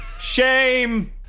Shame